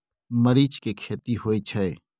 मरीच के खेती होय छय?